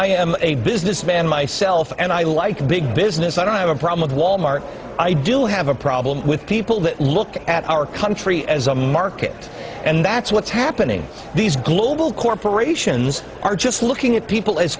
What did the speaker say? i am a businessman myself and i like big business i don't have a problem with wal mart i do have a problem with people that look at our country as a market and that's what's happening these global corporations are just looking at people as